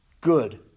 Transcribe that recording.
good